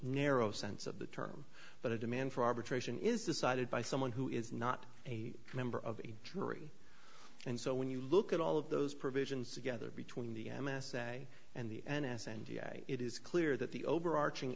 narrow sense of the term but a demand for arbitration is decided by someone who is not a member of a jury and so when you look at all of those provisions together between the m s a and the n s a and it is clear that the overarching